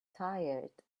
tired